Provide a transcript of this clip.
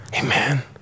Amen